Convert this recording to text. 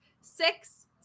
six